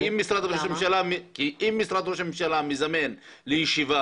כי אם משרד ראש הממשלה מזמן ישיבה